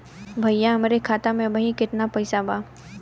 भईया हमरे खाता में अबहीं केतना पैसा बा?